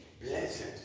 Blessed